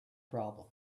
problem